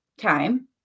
time